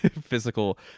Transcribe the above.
physical